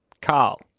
Carl